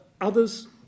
Others